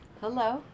Hello